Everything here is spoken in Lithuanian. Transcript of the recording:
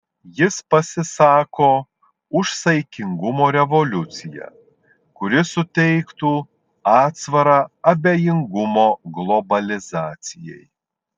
jis pasisako už saikingumo revoliuciją kuri suteiktų atsvarą abejingumo globalizacijai